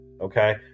Okay